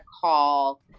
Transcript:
call